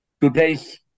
today's